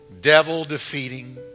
devil-defeating